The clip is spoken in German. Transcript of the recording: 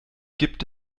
gibt